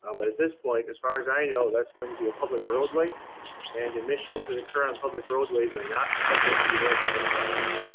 um but at this point, as far as i know, that's going to be a public roadway and emissions that occur on public roadways are not subject to the air permit process.